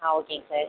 ஓகேங்க சார்